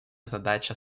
задача